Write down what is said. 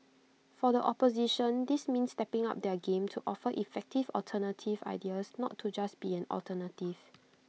for the opposition this means stepping up their game to offer effective alternative ideas not to just be an alternative